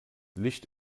licht